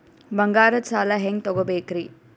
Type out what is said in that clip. ಬಂಗಾರದ್ ಸಾಲ ಹೆಂಗ್ ತಗೊಬೇಕ್ರಿ?